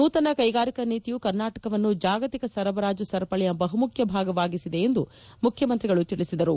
ನೂತನ ಕೈಗಾರಿಕಾ ನೀತಿಯು ಕರ್ನಾಟಕವನ್ನು ಜಾಗತಿಕ ಸರಬರಾಜು ಸರಪಳಿಯ ಬಹುಮುಖ್ಯ ಭಾಗವಾಗಿಸಿದೆ ಎಂದು ಮುಖ್ಕಮಂತ್ರಿಗಳು ತಿಳಿಸಿದರು